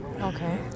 Okay